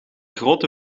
grote